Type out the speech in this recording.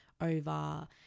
over